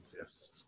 Yes